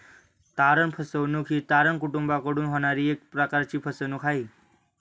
तारण फसवणूक ही तारण कुटूंबाकडून होणारी एक प्रकारची फसवणूक आहे